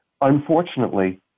unfortunately